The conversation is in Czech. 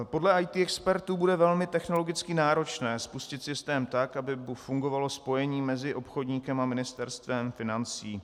Podle IT expertů bude velmi technologicky náročné spustit systém tak, aby fungovalo spojení mezi obchodníkem a Ministerstvem financí.